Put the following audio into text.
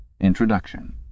Introduction